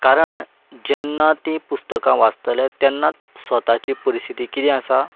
कारण जेन्ना तीं पुस्तकां वाचतले तेन्नात स्वताची परिस्थिती किदें आसा